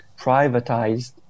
privatized